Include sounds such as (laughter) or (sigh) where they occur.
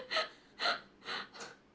(laughs) (laughs)